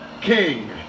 king